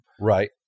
right